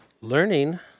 learning